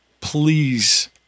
please